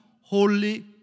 holy